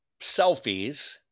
selfies